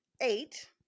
eight